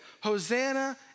Hosanna